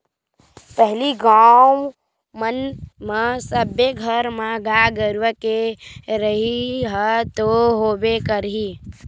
पहिली गाँव मन म सब्बे घर म गाय गरुवा के रहइ ह तो होबे करही